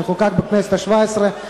שחוקק בכנסת השבע-עשרה,